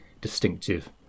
distinctive